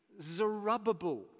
Zerubbabel